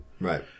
right